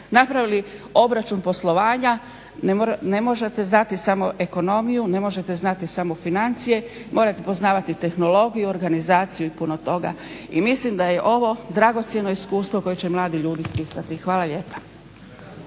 napravili obračun poslovanja. Ne možete znati samo ekonomiju, ne možete znati samo financije, morate poznavati tehnologiju, organizaciju i puno toga. I mislim da je ovo dragocjeno iskustvo koje će mladi ljudi sticati. Hvala lijepa.